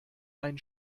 ein